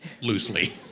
loosely